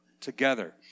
together